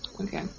Okay